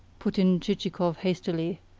put in chichikov hastily,